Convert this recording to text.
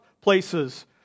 places